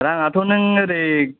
रांआथ' नों ओरै